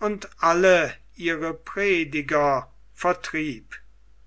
und alle ihre prediger vertrieb